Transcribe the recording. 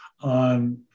on